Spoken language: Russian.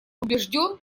убежден